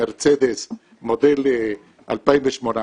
מרצדס מודל 2018,